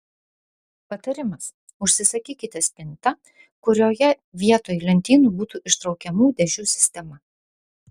patarimas užsisakykite spintą kurioje vietoj lentynų būtų ištraukiamų dėžių sistema